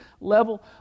level